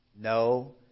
No